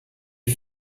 est